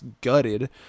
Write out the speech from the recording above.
gutted